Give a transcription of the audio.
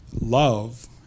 love